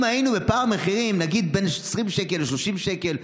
אם היינו בפער מחירים נגיד בין 20 שקל ל-30 שקל,